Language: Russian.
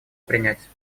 принять